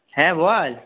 হ্যাঁ বল